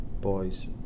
boys